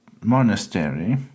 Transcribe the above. monastery